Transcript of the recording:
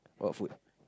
what food